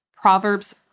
Proverbs